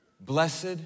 blessed